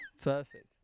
Perfect